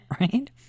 right